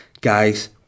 guys